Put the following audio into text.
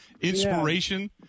inspiration